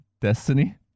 destiny